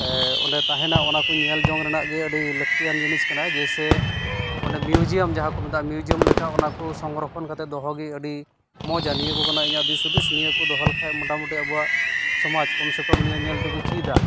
ᱚᱸᱰᱮ ᱛᱟᱦᱮᱱᱟ ᱚᱱᱟᱠᱚ ᱧᱮᱞ ᱡᱚᱝ ᱨᱮᱱᱟᱜ ᱜᱤ ᱟᱹᱰᱤ ᱞᱟᱹᱠᱛᱤᱭᱟᱱ ᱡᱤᱱᱤᱥ ᱠᱟᱱᱟ ᱡᱮᱥᱮ ᱚᱸᱰᱮ ᱢᱤᱭᱩᱡᱤᱭᱟᱢ ᱡᱟᱦᱟᱸ ᱠᱚ ᱢᱮᱛᱟᱜ ᱚᱱᱟ ᱢᱤᱭᱩᱡᱤᱭᱟᱢ ᱞᱮᱠᱟ ᱚᱱᱟᱠᱚ ᱥᱚᱝᱨᱚᱠᱠᱷᱚᱱ ᱠᱟᱛᱮ ᱫᱚᱦᱚᱜᱤ ᱟᱹᱰᱤ ᱢᱚᱡᱟ ᱱᱤᱭᱟᱹ ᱜᱤ ᱠᱟᱱᱟ ᱤᱧᱟᱹᱜ ᱫᱤᱥᱦᱩᱫᱤᱥ ᱱᱤᱭᱟᱹ ᱠᱚ ᱫᱚᱦᱚ ᱞᱮᱠᱷᱟᱱ ᱢᱳᱴᱟᱢᱩᱴᱤ ᱟᱵᱳᱣᱟᱜ ᱥᱚᱢᱟᱡᱽ ᱠᱚᱢᱥᱮ ᱠᱚᱢ ᱱᱤᱭᱟᱹ ᱧᱮᱞ ᱛᱮᱠᱚ ᱪᱤᱫᱟ